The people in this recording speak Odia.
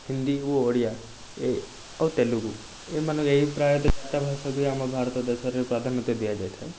ହିନ୍ଦୀ ଓ ଓଡ଼ିଆ ଏ ଓ ତେଲୁଗୁ ଏମାନେ ଏଇ ପ୍ରାୟତଃ ଚାରିଟା ଭାଷାକୁ ଆମ ଭାରତ ଦେଶରେ ପ୍ରାଧାନ୍ୟତା ଦିଆଯାଇଥାଏ